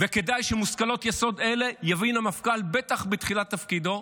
וכדאי שמושכלות יסוד אלה יבין המפכ"ל בטח בתחילת תפקידו,